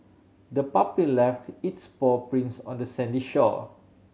the puppy left its paw prints on the sandy shore